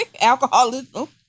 alcoholism